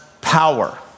power